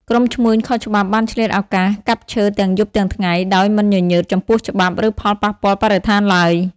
ក្រុមឈ្មួញខុសច្បាប់បានឆ្លៀតឱកាសកាប់ឈើទាំងយប់ទាំងថ្ងៃ ដោយមិនញញើតចំពោះច្បាប់ ឬផលប៉ះពាល់បរិស្ថានឡើយ។